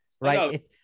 right